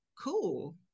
cool